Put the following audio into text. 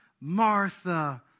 Martha